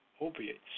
opiates